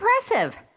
impressive